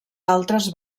altres